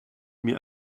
mir